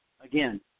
again